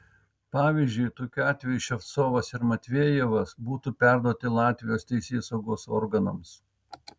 pavyzdžiui tokiu atveju ševcovas ir matvejevas būtų perduoti latvijos teisėsaugos organams